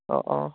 অঁ অঁ